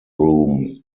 room